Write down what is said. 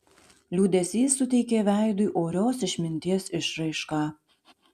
liūdesys suteikė veidui orios išminties išraišką